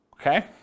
Okay